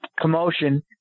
commotion